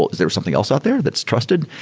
is there something else out there that's trusted?